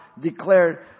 declared